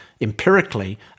empirically